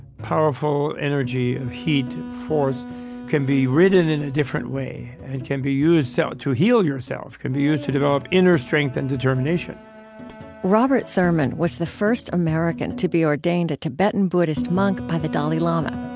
powerful energy of heat force can be ridden in a different way and can be used so to heal yourself. it can be used to develop inner strength and determination robert thurman was the first american to be ordained a tibetan buddhist monk by the dalai lama.